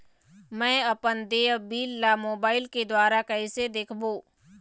मैं अपन देय बिल ला मोबाइल के द्वारा कइसे देखबों?